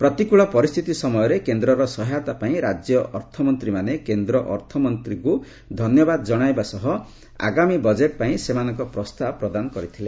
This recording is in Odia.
ପ୍ରତିକ୍ଳ ପରିସ୍ଥିତି ସମୟରେ କେନ୍ଦ୍ରର ସହାୟତା ପାଇଁ ରାଜ୍ୟ ଅର୍ଥମନ୍ତ୍ରୀମାନେ କେନ୍ଦ୍ର ଅର୍ଥମନ୍ତ୍ରୀଙ୍କୁ ଧନ୍ୟବାଦ ଜଣାଇବା ସହ ଆଗାମୀ ବଜେଟ ପାଇଁ ସେମାନଙ୍କ ପ୍ରସ୍ତାବ ପ୍ରଦାନ କରିଥିଲେ